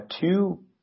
two